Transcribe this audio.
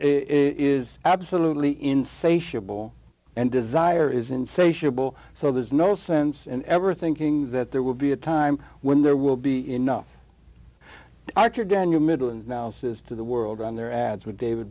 is absolutely insatiable desire is insatiable so there's no sense in ever thinking that there will be a time when there will be enough actor daniel middle and now says to the world on their ads with david